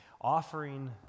offering